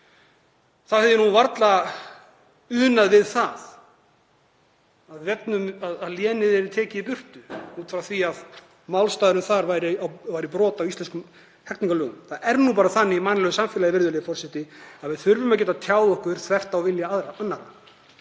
þá myndi ég varla una því að lénið yrði tekið í burtu út frá því að málstaðurinn þar væri brot á íslenskum hegningarlögum. Það er nú bara þannig í mannlegu samfélagi, virðulegi forseti, að við þurfum að geta tjáð okkur þvert á vilja annarra,